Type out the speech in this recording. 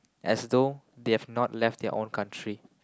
as though they have not left their own country